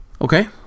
Okay